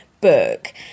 book